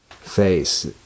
face